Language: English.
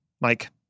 Mike